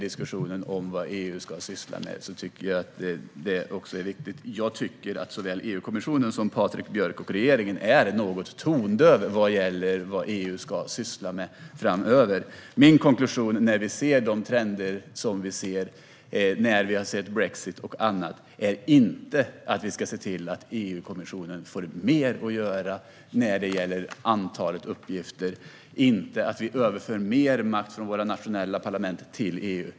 Jag tycker att såväl EU-kommissionen som Patrik Björck och regeringen är något tondöv i fråga om vad EU ska syssla med framöver. Min konklusion, efter att ha sett de trender som vi kan se och efter att ha sett brexit och annat, är inte att vi ska se till att EU-kommissionen får mer att göra när det gäller antalet uppgifter. Jag anser inte att vi bör överföra mer makt från våra nationella parlament till EU.